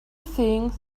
things